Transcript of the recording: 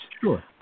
Sure